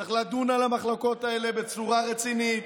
צריך לדון על המחלוקות האלה בצורה רצינית.